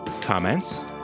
comments